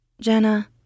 Jenna